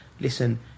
listen